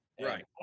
Right